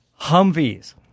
Humvees